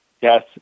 yes